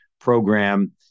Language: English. program